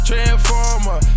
Transformer